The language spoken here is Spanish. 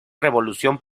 revolución